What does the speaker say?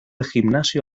gimnasio